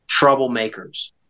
troublemakers